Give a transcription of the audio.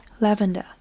lavender